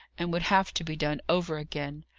and would have to be done over again.